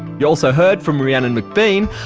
you also heard from rhiannon mcbean.